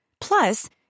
Plus